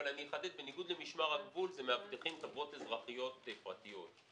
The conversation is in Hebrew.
זה מאבטחים של חברות אזרחיות פרטיות.